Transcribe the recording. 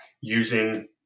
using